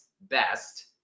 best